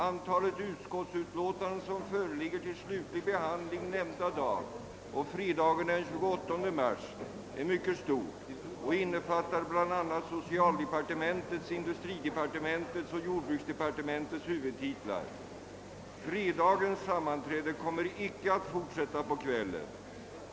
Antalet utskottsutlåtanden som föreligger till slutlig behandling nämnda dag och fredagen den 28 mars är mycket stort och innefattar bl.a. socialdepartementets, industridepartementets och jordbruksdepartementets <:huvudtitlar. Fredagens sammanträde kommer icke att fortsättas på kvällen.